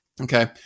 Okay